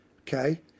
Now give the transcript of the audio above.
okay